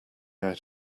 out